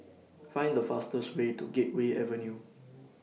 Find The fastest Way to Gateway Avenue